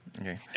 Okay